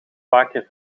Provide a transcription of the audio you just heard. vaker